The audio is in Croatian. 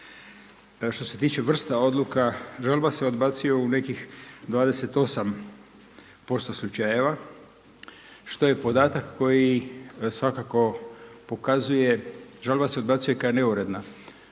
Što se tiče vrsta odluka žalba se odbacuje u nekih 28% slučajeva što je podatak koji svakako pokazuje, žalba se odbacuje kao neuredna